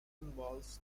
involves